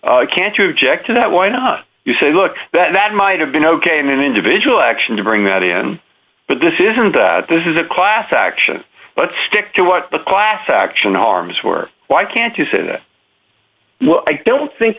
can't you object to that why not you say look that that might have been ok in an individual action to bring that in but this isn't that this is a class action let's stick to what the class action harms were why can't you sit i don't think